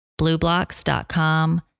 Blueblocks.com